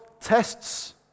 tests